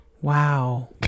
Wow